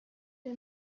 des